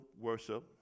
worship